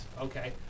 Okay